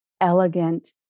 elegant